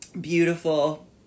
beautiful